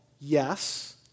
Yes